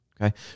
Okay